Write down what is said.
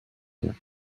nie